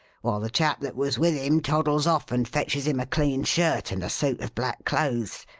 while the chap that was with him toddles off and fetches him a clean shirt and a suit of black clothes.